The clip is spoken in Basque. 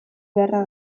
beharra